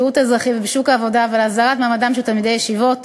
בשירות האזרחי ובשוק העבודה ולהסדרת מעמדם של תלמידי הישיבות.